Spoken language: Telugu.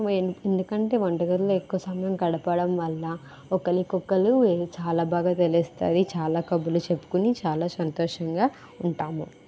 ఎందుకంటే వంట గదిలో ఎక్కువ సమయం గడపడం వల్ల ఒకరికి ఒకరు చాలా బాగా తెలుస్తుంది చాలా కబుర్లు చెప్పుకుని చాలా సంతోషంగా ఉంటాము